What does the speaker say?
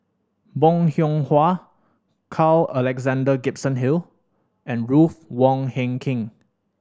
Bong Hiong Hwa Carl Alexander Gibson Hill and Ruth Wong Hie King